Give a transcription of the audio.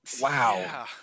wow